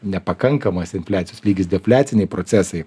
nepakankamas infliacijos lygis defliaciniai procesai